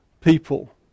people